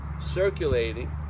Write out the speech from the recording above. circulating